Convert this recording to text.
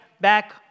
back